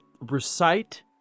recite